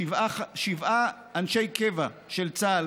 שבעה אנשי קבע של צה"ל